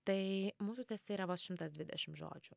tai mūsų testai yra vos šimtas dvidešim žodžių